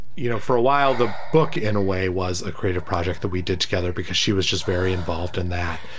you know, for a while. the book, in a way, was a creative project that we did together because she was just very involved in that.